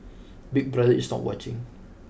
big brother is not watching